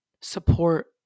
support